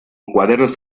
cuadernos